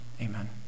amen